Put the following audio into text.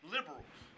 Liberals